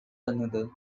another